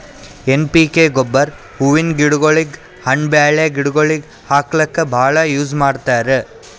N P K ಗೊಬ್ಬರ್ ಹೂವಿನ್ ಗಿಡಗೋಳಿಗ್, ಹಣ್ಣ್ ಬೆಳ್ಯಾ ಗಿಡಗೋಳಿಗ್ ಹಾಕ್ಲಕ್ಕ್ ಭಾಳ್ ಯೂಸ್ ಮಾಡ್ತರ್